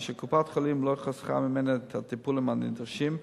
ואשר קופת-חולים לא חסכה ממנה את הטיפולים הנדרשים,